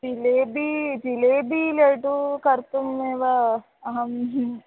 जिलेबी जिलेबी लडु कर्तुमेव अहं